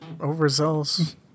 overzealous